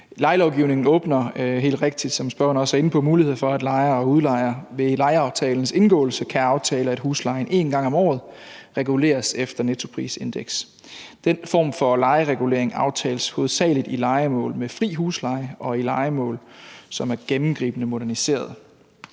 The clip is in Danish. Lejelovgivningen giver helt rigtigt, som spørgeren også er inde på, mulighed for, at lejere og udlejere ved lejeaftalens indgåelse kan aftale, at huslejen en gang om året reguleres efter nettoprisindekset. Den form for lejeregulering aftales hovedsagelig i lejemål med fri husleje og i lejemål, som er gennemgribende moderniseret.